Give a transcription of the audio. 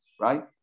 right